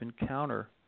encounter